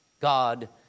God